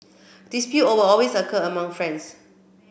dispute all always occur among friends